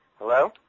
Hello